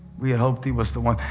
we had hoped he was the one.